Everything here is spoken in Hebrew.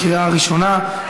לקריאה ראשונה.